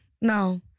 no